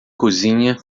cozinha